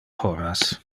horas